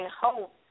hope